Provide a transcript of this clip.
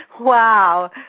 Wow